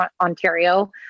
Ontario